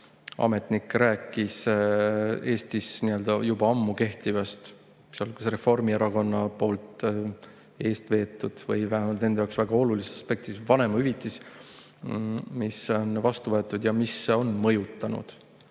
ametnik rääkis Eestis juba ammu kehtivast, sealhulgas Reformierakonna poolt eestveetud või vähemalt nende jaoks väga olulisest vanemahüvitisest, mis on vastu võetud ja mis on mõjutanud